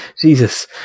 Jesus